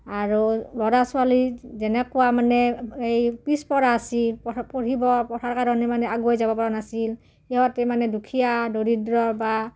আৰু ল'ৰা ছোৱালী যেনেকুৱা মানে এই পিছপৰা আছিল প পঢ়িব পঢ়াৰ কাৰণে মানে আগুৱাই যাব পৰা নাছিল সিহঁতে মানে দুখীয়া দৰিদ্ৰ বা